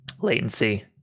latency